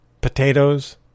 potatoes